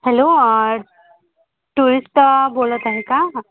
hello टुरिस्टा बोलत आहे का